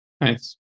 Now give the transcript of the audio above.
Nice